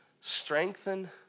strengthen